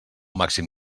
màxim